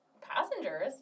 passengers